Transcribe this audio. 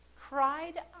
cried